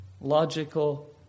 logical